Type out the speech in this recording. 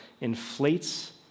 inflates